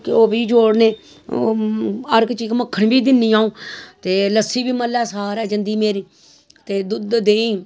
घ्यो बी जोड़ने हर इक मक्खन बी दिन्नी अ'ऊं ते लस्सी बी म्हल्लै सारै जंदी मेरी ते दुद्ध देहीं